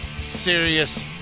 Serious